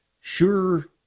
sure